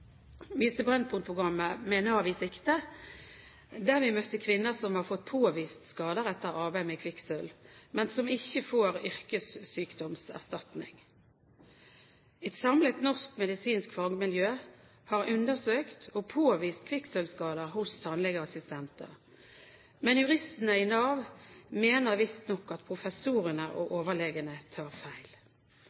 viste Brennpunkt programmet «Med NAV i sikte», der vi møtte kvinner som har fått påvist skader etter arbeid med kvikksølv, men som ikke får yrkessykdomserstatning. Et samlet norsk medisinsk fagmiljø har undersøkt og påvist kvikksølvskader hos tannlegeassistenter, men juristene i Nav mener visstnok at professorene og overlegene tar feil.